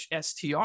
STR